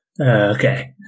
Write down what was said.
Okay